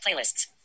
Playlists